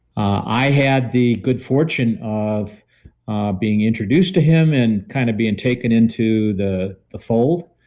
i had the good fortune of ah being introduced to him and kind of being taken into the the fold.